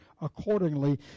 accordingly